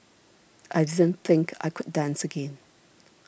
I didn't think I could dance again